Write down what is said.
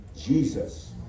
Jesus